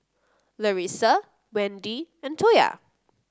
Larissa Wendi and Toya